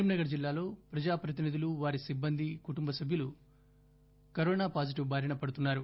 కరీంనగర్ జిల్లాలో ప్రజాప్రతినిధులు వారి సిబ్బంది కుటుంబ సభ్యులు కరోనా పాజిటివ్ బారిన పడుతున్నారు